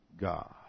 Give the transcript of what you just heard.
God